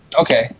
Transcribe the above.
Okay